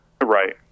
Right